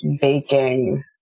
baking